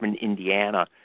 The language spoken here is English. Indiana